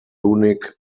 unique